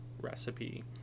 recipe